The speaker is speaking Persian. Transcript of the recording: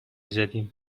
زدیم